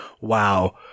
wow